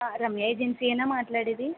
రమ్యా ఏజన్సీయేనా మాట్లాడేది